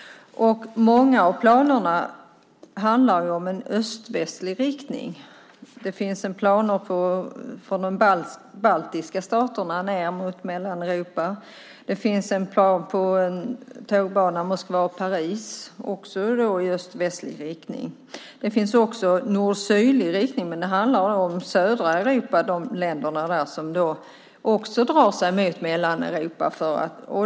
Och många av planerna handlar om en öst-västlig riktning. Det finns planer för de baltiska staterna ned mot Mellaneuropa. Det finns planer på en tågbana mellan Moskva och Paris, också den i öst-västlig riktning. Det finns också planer i en nord-sydlig riktning, men det handlar då om länderna i södra Europa som också drar sig mot Mellaneuropa.